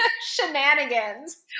shenanigans